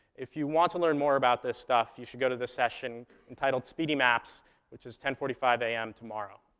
if you want to learn more about this stuff, you should go to the session entitled speedy maps which is ten forty five a m. tomorrow.